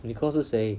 nicole 是谁